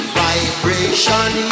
vibration